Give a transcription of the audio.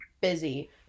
busy